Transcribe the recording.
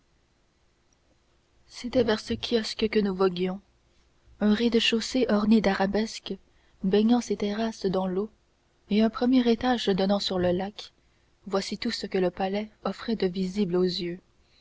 c'était vers ce kiosque que nous voguions un rez-de-chaussée orné d'arabesques baignant ses terrasses dans l'eau et un premier étage donnant sur le lac voici tout ce que le palais offrait de visible aux yeux